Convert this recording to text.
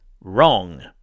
Wrong